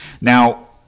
Now